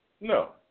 No